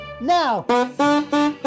now